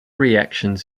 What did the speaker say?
reactions